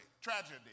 tragedy